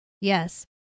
Yes